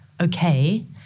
okay